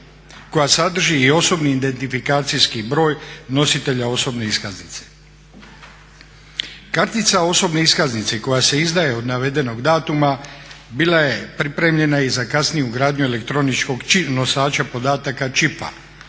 koja sadrži i osobni identifikacijskih broj nositelja osobne iskaznice. Kartica osobne iskaznice koja se izdaje od navedenog datuma bila je pripremljena i za kasniju ugradnju elektroničkog nosača podataka čipa.